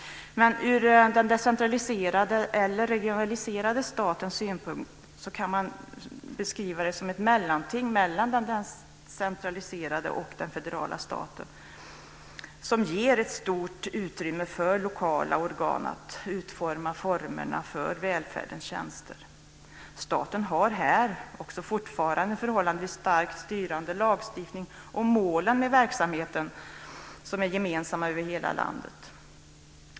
Den decentraliserade eller regionaliserade staten kan beskrivas som ett mellanting mellan den decentraliserade och den federala staten, som ger ett stort utrymme för lokala organ att skapa formerna för välfärdens tjänster. Staten har här fortfarande en förhållandevis starkt styrande lagstiftning, och målen med verksamheten är gemensamma över hela landet.